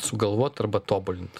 sugalvot arba tobulint